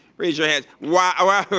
raise your hands. wow.